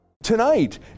Tonight